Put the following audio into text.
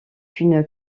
une